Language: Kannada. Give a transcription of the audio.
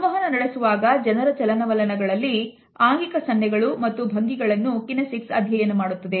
ಸಂವಹನ ನಡೆಸುವಾಗ ಜನರ ಚಲನವಲನಗಳಲ್ಲಿ ನ ಆಂಗಿಕ ಸನ್ನೆಗಳು ಮತ್ತು ಭಂಗಿಗಳನ್ನು Kinesics ಅಧ್ಯಯನ ಮಾಡುತ್ತದೆ